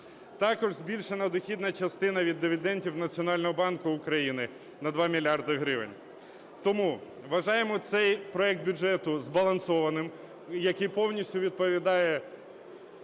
Також збільшена дохідна частина від дивідендів Національного банку України на 2 мільярди гривень. Тому вважаємо цей проект бюджету збалансованим, який повністю відповідає